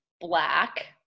black